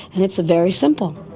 and it's very simple.